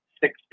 six